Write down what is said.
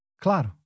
Claro